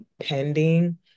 pending